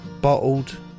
bottled